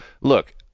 Look